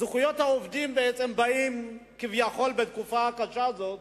זכויות העובדים באות בתקופה קשה זאת